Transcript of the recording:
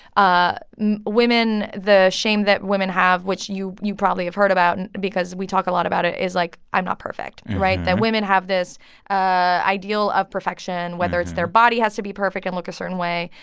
ah women the shame that women have, which you you probably have heard about and because we talk a lot about it, is like, i'm not perfect, right? that women have this ah ideal of perfection, whether it's their body has to be perfect and look a certain way,